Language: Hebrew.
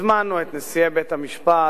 הזמנו את נשיאי בית-המשפט,